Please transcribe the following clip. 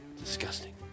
Disgusting